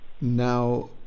Now